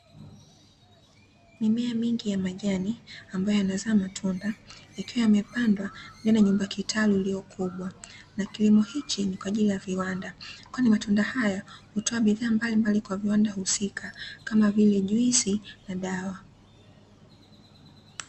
Mimea mingi ya majani ambayo yanazaa matunda, ikiwa yamepandwa ndani ya nyumba ya kitalu iliyo kubwa, na kilimo hiki ni kwa ajili ya viwanda kwani matunda hayo hutoa bidhaa mbalimbali kwa viwanda husika, kama vile juisi na dawa.